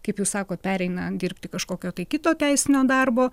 kaip jūs sakot pereina dirbti kažkokio kito teisinio darbo